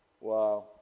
Wow